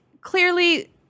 clearly